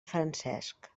francesc